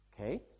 okay